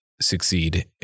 succeed